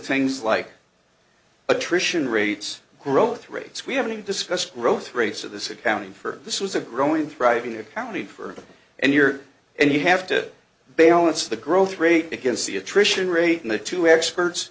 things like attrition rates growth rates we haven't even discussed growth rates of this accounting for this was a growing thriving accounted for and you're and you have to balance the growth rate against the attrition rate in the two experts